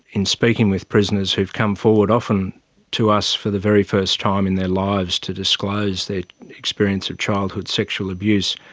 in speaking with prisoners who have come forward, often to us for the very first time in their lives to disclose their experience of childhood sexual abuse,